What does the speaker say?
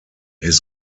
his